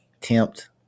Tempt